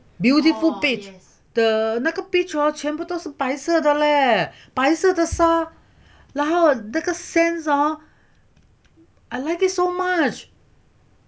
beautiful beach the 那个 beach hor 全部都是白色的 leh 白色的沙然后那个 sands hor I like it so much